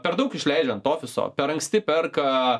per daug išleidžiant ofiso per anksti perka